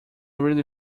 really